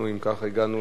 אם כך, אנחנו הגענו